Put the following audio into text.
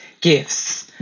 gifts